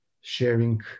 sharing